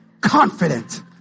confident